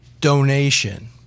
donation